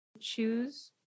Choose